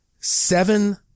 seven